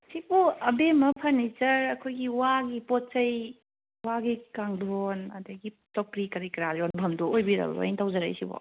ꯁꯤꯕꯨ ꯑꯕꯦꯝꯃ ꯐꯔꯅꯤꯆꯔ ꯑꯩꯈꯣꯏꯒꯤ ꯋꯥꯒꯤ ꯄꯣꯠ ꯆꯩ ꯋꯥꯒꯤ ꯀꯥꯡꯗꯣꯜ ꯑꯗꯒꯤ ꯆꯧꯀ꯭ꯔꯤ ꯀꯔꯤ ꯀꯔꯥ ꯌꯣꯟꯕꯝꯗꯣ ꯑꯣꯏꯕꯤꯔꯕ꯭ꯔꯥ ꯑꯩꯅ ꯇꯧꯖꯔꯛꯏꯁꯤꯕꯣ